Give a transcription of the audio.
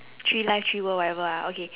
three life three world whatever ah okay